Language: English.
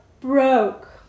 Broke